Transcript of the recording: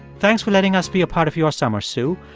thanks for letting us be a part of your summer, sue.